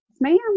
Ma'am